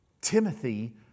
Timothy